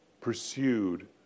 pursued